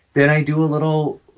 then i do a little,